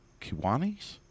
Kiwanis